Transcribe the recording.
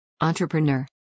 Entrepreneur